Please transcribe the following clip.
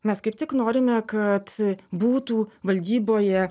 mes kaip tik norime kad būtų valdyboje